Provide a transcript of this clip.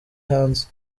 hanze